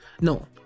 no